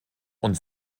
und